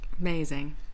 Amazing